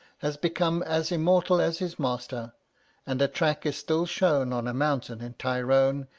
has become as immortal as his master and a track is still shown on a mountain in tyrone,